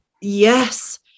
Yes